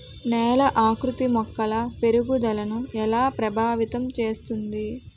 నేల ఆకృతి మొక్కల పెరుగుదలను ఎలా ప్రభావితం చేస్తుంది?